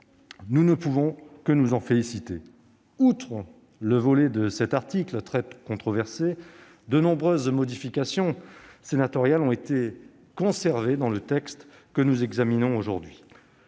Nous ne pouvons que nous en féliciter. Outre le volet de cet article très controversé, de nombreuses modifications sénatoriales ont été conservées dans le texte que nous examinons. Sans revenir